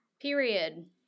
Period